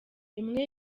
imwe